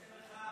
איזו מחאה?